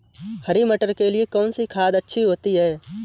हरी मटर के लिए कौन सी खाद अच्छी होती है?